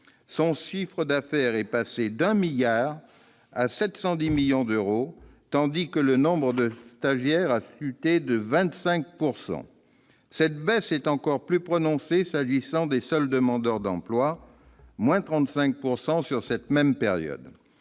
son chiffre d'affaires est passé d'un milliard d'euros à 710 millions d'euros, tandis que le nombre de stagiaires a chuté de 25 %. Cette baisse est encore plus prononcée s'agissant des seuls demandeurs d'emploi : elle est de l'ordre de 35 % sur cette même période.